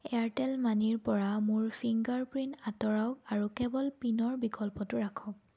Airtel মানিৰ পৰা মোৰ ফিংগাৰ প্ৰিণ্ট আঁতৰাওক আৰু কেৱল পিনৰ বিকল্পটো ৰাখক